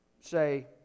say